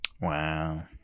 Wow